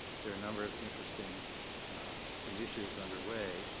there are a number of interesting initiatives underway.